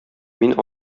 мин